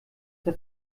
der